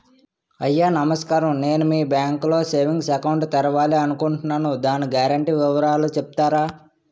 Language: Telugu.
అయ్యా నమస్కారం నేను మీ బ్యాంక్ లో సేవింగ్స్ అకౌంట్ తెరవాలి అనుకుంటున్నాను దాని గ్యారంటీ వివరాలు చెప్తారా?